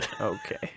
Okay